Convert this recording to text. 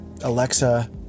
Alexa